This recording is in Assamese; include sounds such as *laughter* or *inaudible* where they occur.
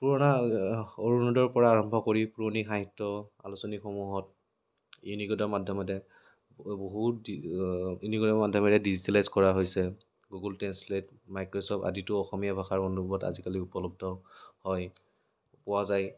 পুৰণা অৰুণোদয়ৰ পৰা আৰম্ভ কৰি পুৰণি সাহিত্য আলোচনীসমূহত ইউনিকেডৰ মাধ্যমেদি *unintelligible* বহুত দি ইউনিকেডৰ মাধ্যমেৰে ডিজিটেলাইজ কৰা হৈছে গুগুল ট্ৰেন্সলেট মাইক্ৰচফ্ট আদিটো অসমীয়া ভাষাৰ অনুবাদ আজিকালি উপলব্ধ হয় পোৱা যায়